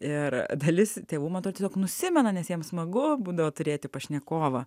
ir dalis tėvų man atro tiesiog nusimena nes jiems smagu būdavo turėti pašnekovą